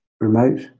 remote